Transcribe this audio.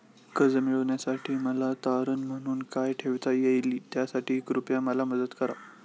कर्ज मिळविण्यासाठी मला तारण म्हणून काय ठेवता येईल त्यासाठी कृपया मला मदत करा